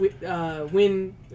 win